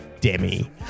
Demi